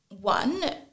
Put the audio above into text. One